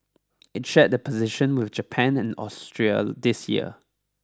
it shared the position with Japan and Austria this year